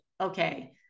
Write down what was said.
Okay